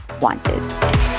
wanted